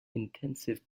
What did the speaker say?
intensive